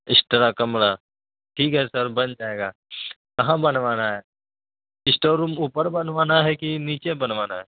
اسٹرا کمرہ ٹھیک ہے سر بن جائے گا کہاں بنوانا ہے اسٹور روم اوپر بنوانا ہے کہ نیچے بنوانا ہے